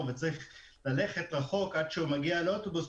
וצריך ללכת רחוק עד שהוא מגיע לאוטובוס,